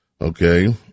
okay